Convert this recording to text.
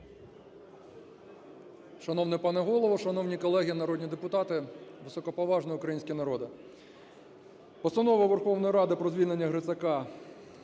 Шановний пане Голово, шановні колеги народні депутати, високоповажний український народе! Постанова Верховної Ради про звільнення Грицака